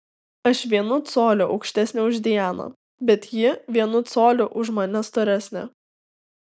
aš vienu coliu aukštesnė už dianą bet ji vienu coliu už mane storesnė